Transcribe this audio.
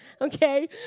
okay